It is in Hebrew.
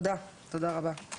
תודה רבה.